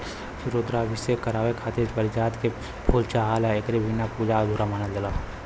रुद्राभिषेक करावे खातिर पारिजात के फूल चाहला एकरे बिना पूजा अधूरा मानल जाला